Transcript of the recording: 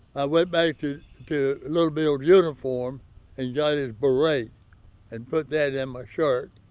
i went back to to little bill's uniform and got his beret and put that in my shirt.